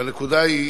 והנקודה היא